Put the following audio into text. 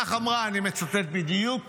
כך אמרה, אני מצטט בדיוק